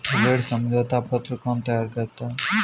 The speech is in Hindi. ऋण समझौता पत्र कौन तैयार करता है?